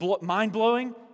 mind-blowing